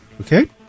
Okay